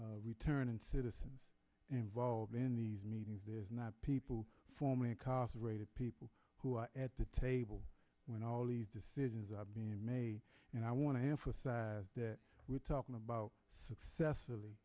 not returning citizens involved in these meetings there's not people forming a cause rate of people who are at the table when all these decisions are being made and i want to emphasize that we're talking about successfully